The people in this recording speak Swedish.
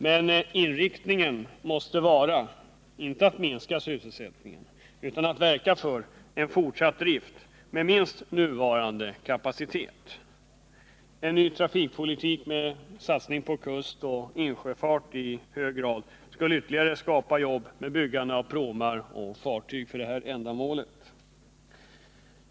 Men inriktningen måste vara att inte minska sysselsättningen utan att verka för en fortsatt drift med minst nuvarande kapacitet. En ny trafikpolitik med satsning på kustoch insjöfart skulle skapa ytterligare jobb med byggande av pråmar och fartyg för det ändamålet.